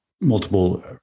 multiple